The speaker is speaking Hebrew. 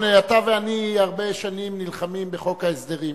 אתה ואני הרבה שנים נלחמים בחוק ההסדרים.